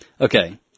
Okay